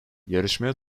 yarışmaya